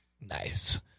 Nice